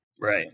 Right